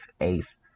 Ace